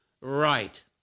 right